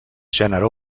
gènere